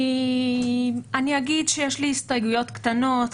אני אגיד שיש לי הסתייגויות קטנות,